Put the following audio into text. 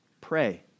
pray